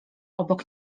obok